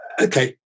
okay